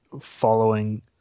following